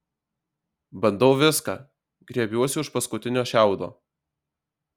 bandau viską grėbiuosi už paskutinio šiaudo